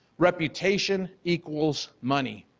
reputation equals money.